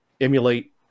emulate